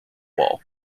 wall